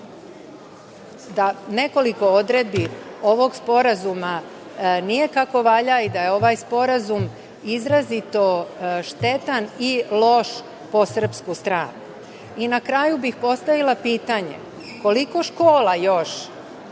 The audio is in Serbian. da nekoliko odredbi ovog sporazuma nije kako valja i da je ovaj sporazum izrazito štetan i loš po srpsku stanu.I na kraju bih postavila pitanje – Koliko škola još